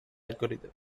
algorithm